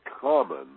common